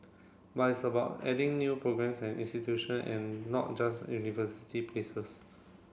but it's about adding new programmes and institution and not just university places